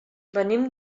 venim